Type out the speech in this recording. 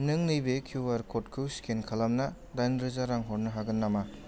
नों नैबे Q R क'डखौ स्केन खालामना दाइन रोजा रां हरनो हागोन नामा